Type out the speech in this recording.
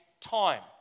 time